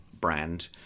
brand